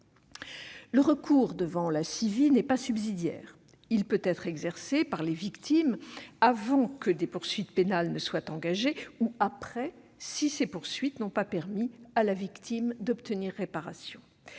Le recours devant la CIVI n'est pas subsidiaire ; il peut être exercé par les victimes avant que des poursuites pénales ne soient engagées, ou après, si ces poursuites ne lui ont pas permis d'obtenir réparation.